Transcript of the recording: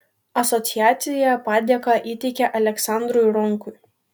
asociacija padėką įteikė aleksandrui ronkui